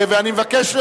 ואני מבקש,